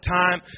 time